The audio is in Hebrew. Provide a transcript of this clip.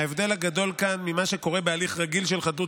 ההבדל הגדול כאן ממה שקורה בהליך רגיל של חדלות